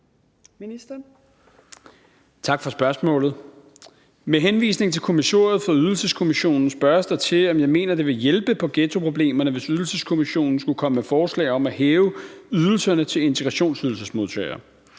Tak for spørgsmålet. Med henvisning til kommissoriet for Ydelseskommissionen spørges der til, om jeg mener, det vil hjælpe på ghettoproblemerne, hvis Ydelseskommissionen skulle komme med forslag om at hæve ydelserne til integrationsydelsesmodtagere.